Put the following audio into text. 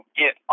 get